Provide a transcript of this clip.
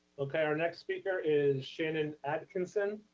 okay, our next speaker is shannon atkinson.